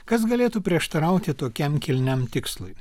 kas galėtų prieštarauti tokiam kilniam tikslui